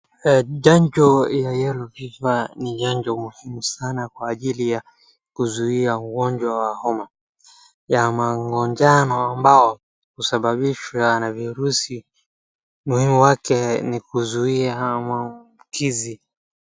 Chanjo ya yellow fever ni chanjo muhimu sana kwa ajili ya kuzuia ugonjwa wa homa ya mangonjano ambao husababishwa na virusi muhimu wake ni kuzuia maambukizi.